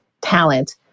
talent